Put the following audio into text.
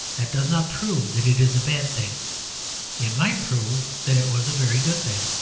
that does not prove that it is a bad thing it might prove that it was a very good thing.